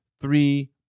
three